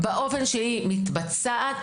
באופן שהיא מתבצעת,